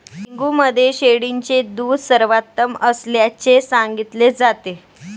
dengue मध्ये शेळीचे दूध सर्वोत्तम असल्याचे सांगितले जाते